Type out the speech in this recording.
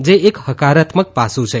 જે એક હકારાત્મક પાસું છે